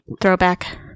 throwback